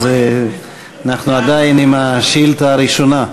אז אנחנו עדיין עם השאילתה הראשונה.